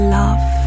love